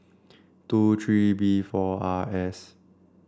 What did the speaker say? two three B four R S